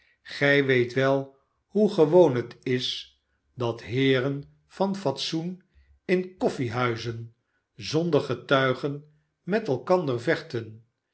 gij weet wel hoe gewoon het is dat heeren van fatsoen in koffiehuizen zonder getuigen met elkander vechten